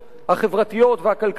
החברתיות והכלכליות,